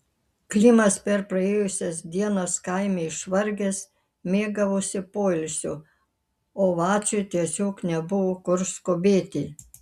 klimas per praėjusias dienas kaime išvargęs mėgavosi poilsiu o vaciui tiesiog nebuvo kur skubėti